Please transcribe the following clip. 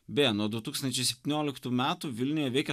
beje nuo du tūkstančiai septynioliktų metų vilniuje veikia